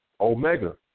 Omega